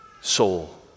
soul